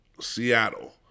Seattle